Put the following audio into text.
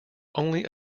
only